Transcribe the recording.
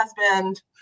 husband